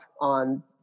on